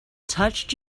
touched